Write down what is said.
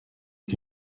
uko